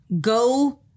Go